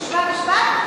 תשמע משפט,